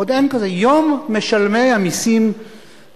עוד אין כזה, יום משלמי המסים בישראל.